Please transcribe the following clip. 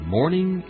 Morning